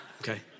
okay